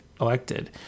elected